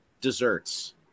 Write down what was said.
desserts